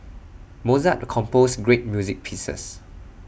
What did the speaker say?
Mozart composed great music pieces